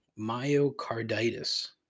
myocarditis